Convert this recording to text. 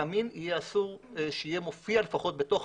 קמין יהיה אסור שיופיע לפחות בתוך